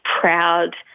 proud